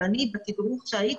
אבל אני ראיתי בתדרוך שהייתי,